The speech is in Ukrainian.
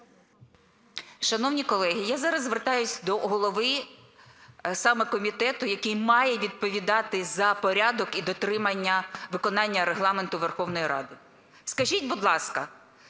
Шановні колеги, я зараз звертаюсь до голови саме комітету, який має відповідати за порядок і дотримання виконання Регламенту Верховної Ради. Скажіть, будь ласка,